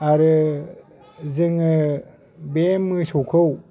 आरो जोङो बे मोसौखौ